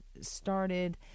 started